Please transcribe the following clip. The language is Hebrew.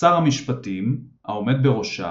שר המשפטים – העומד בראשה,